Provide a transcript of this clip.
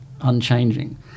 unchanging